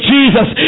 Jesus